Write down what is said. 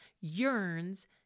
yearns